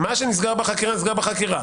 מה שנסגר בחקירה נסגר בחקירה.